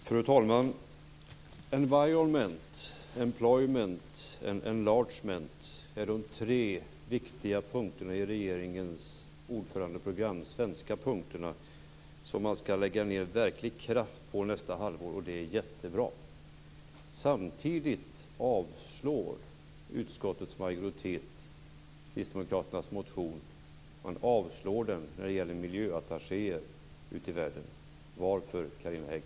Fru talman! Environment, employment och enlargement är de tre viktiga punkterna i regeringens ordförandeprogram. Det är de svenska punkterna, som man ska lägga ned verklig kraft på nästa halvår, och det är jättebra. Samtidigt avslår utskottets majoritet kristdemokraternas motion när det gäller miljöattachéer ute i världen. Varför, Carina Hägg?